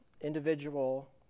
individual